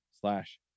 slash